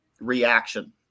reaction